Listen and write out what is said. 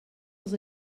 els